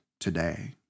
today